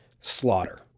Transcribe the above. slaughter